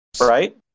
Right